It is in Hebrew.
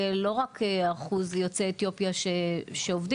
לא רק אחוז יוצאי אתיופיה שעובדים,